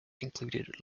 included